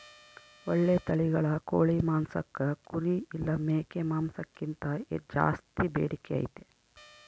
ಓಳ್ಳೆ ತಳಿಗಳ ಕೋಳಿ ಮಾಂಸಕ್ಕ ಕುರಿ ಇಲ್ಲ ಮೇಕೆ ಮಾಂಸಕ್ಕಿಂತ ಜಾಸ್ಸಿ ಬೇಡಿಕೆ ಐತೆ